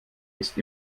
ist